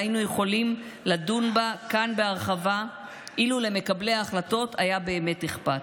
והיינו יכולים לדון בה כאן בהרחבה אילו למקבלי ההחלטות היה אכפת.